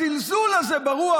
הזלזול הזה ברוח,